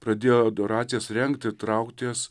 pradėjo adoracijas rengti traukt jas